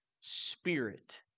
spirit